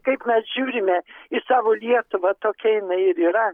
kaip mes žiūrime į savo lietuvą tokia jinai ir yra